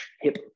hip